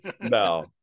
No